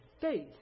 faith